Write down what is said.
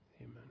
Amen